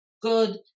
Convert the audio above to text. good